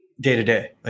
day-to-day